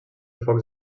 focs